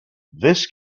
this